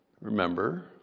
remember